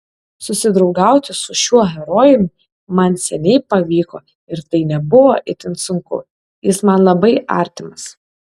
susidraugauti su šiuo herojumi man seniai pavyko ir tai nebuvo itin sunku jis man labai artimas